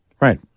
Right